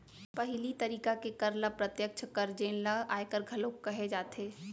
पहिली तरिका के कर ल प्रत्यक्छ कर जेन ल आयकर घलोक कहे जाथे